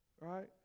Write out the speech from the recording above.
right